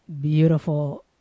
beautiful